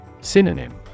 Synonym